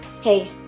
Hey